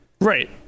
Right